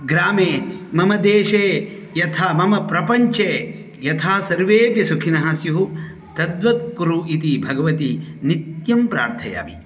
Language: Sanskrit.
ग्रामे मम देशे यथा मम प्रपञ्चे यथा सर्वेपि सुखिनः स्युः तद्वत् कुरु इति भगवतीं नित्यं प्रार्थयामि